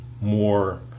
more